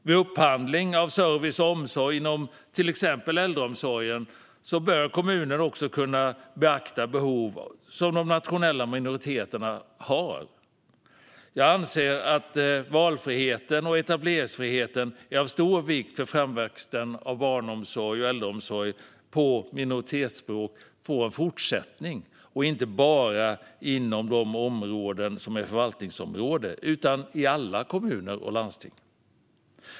Vid upphandling av service och omsorg inom till exempel äldreomsorgen bör kommunerna också kunna beakta behov som de nationella minoriteterna har. Jag anser att valfriheten och etableringsfriheten är av stor vikt för att framväxten av barnomsorg och äldreomsorg på minoritetsspråk ska få en fortsättning - och inte bara inom de områden som är förvaltningsområden utan i alla kommuner och landsting.